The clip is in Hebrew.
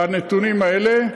בנתונים האלה,